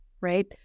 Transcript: right